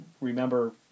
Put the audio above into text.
remember